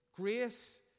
Grace